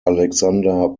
alexander